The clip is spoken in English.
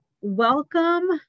welcome